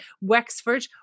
Wexford